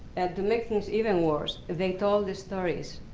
to make things even worse, they tell the stories,